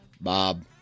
Bob